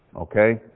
Okay